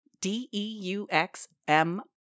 D-E-U-X-M